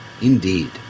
indeed